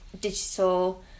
digital